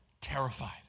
terrified